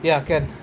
ya can